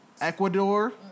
Ecuador